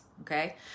okay